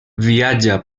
viatja